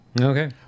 Okay